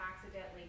accidentally